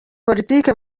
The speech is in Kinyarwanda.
politiki